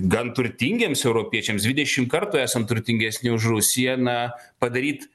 gan turtingiems europiečiams dvidešim kartų esam turtingesni už rusiją na padaryt